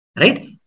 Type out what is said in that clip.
right